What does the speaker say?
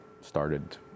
started